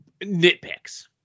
nitpicks